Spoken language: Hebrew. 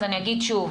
אז אני אגיד שוב,